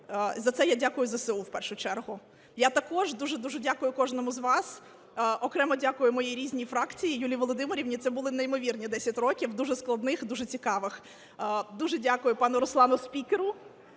за це я дякую ЗСУ в першу чергу. Я також дуже-дуже дякую кожному з вас, окремо дякую моїй рідній фракції, Юлії Володимирівні, це були неймовірні 10 років, дуже складних, дуже цікавих. Дуже дякую пану Руслану, спікеру,